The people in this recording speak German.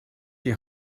die